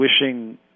wishing